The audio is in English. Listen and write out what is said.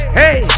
hey